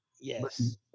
Yes